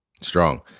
Strong